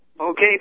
Okay